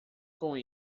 com